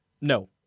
No